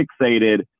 fixated